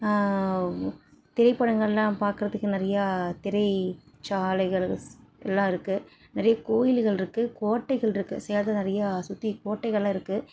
திரைப்படங்களெலாம் பார்க்குறதுக்கு நிறையா திரை சாலைகள் எல்லாம் இருக்குது நிறைய கோயிலுகளிருக்கு கோட்டைகளிருக்கு சேலத்தில் நிறையா சுற்றி கோட்டைகளெலாம் இருக்குது